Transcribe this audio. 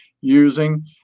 using